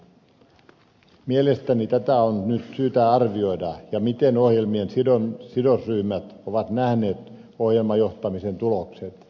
mielestäni tätä on nyt syytä arvioida ja sitä miten ohjelmien sidosryhmät ovat nähneet ohjelmajohtamisen tulokset